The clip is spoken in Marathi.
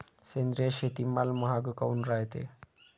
सेंद्रिय शेतीमाल महाग काऊन रायते?